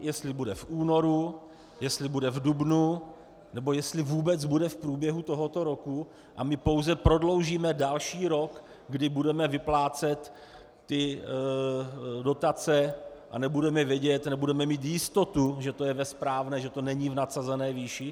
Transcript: Jestli bude v únoru, jestli bude v dubnu nebo jestli vůbec bude v průběhu tohoto roku a my pouze prodloužíme další rok, kdy budeme vyplácet ty dotace a nebudeme vědět, nebudeme mít jistotu, že to je ve správné, že to není v nadsazené výši.